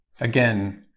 Again